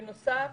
בנוסף,